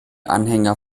anhänger